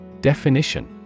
Definition